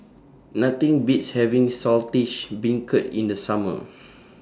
Nothing Beats having Saltish Beancurd in The Summer